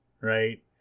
right